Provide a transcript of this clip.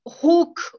hook